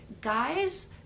guys